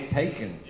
taken